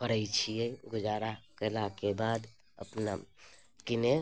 करैत छियै गुजारा कयलाके बाद अपना किने